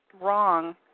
wrong